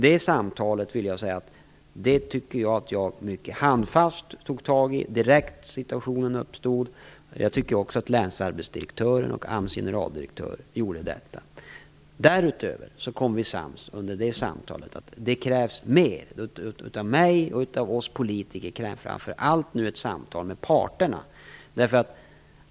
Det samtalet tycker jag att jag mycket handfast tog tag i direkt när situationen uppstod. Jag tycker också att länsarbetsdirektörerna och AMS generaldirektör gjorde detta. Därutöver kom vi i det samtalet överens om att det krävs mer av mig och över huvud taget av oss politiker. Framför allt krävs det samtal med arbetsmarknadens parter.